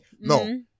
No